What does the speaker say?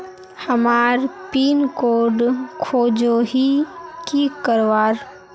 हमार pin code खोजोही की करवार?